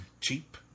Cheap